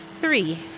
Three